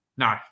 No